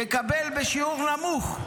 יקבל בשיעור נמוך,